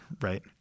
right